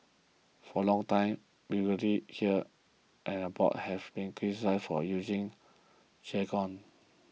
for a long time here and abroad have been criticised for using jargon